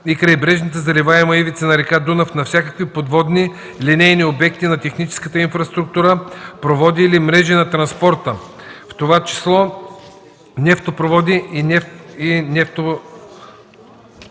и крайбрежната заливаема ивица на река Дунав на всякакви подводни линейни обекти на техническата инфраструктура – проводи или мрежи на транспорта (в това число нефтопроводи и продуктопроводи),